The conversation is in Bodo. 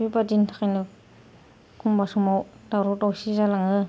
बेबायदिनि थाखायनो एखमब्ला समाव दावराव दावसि जालाङो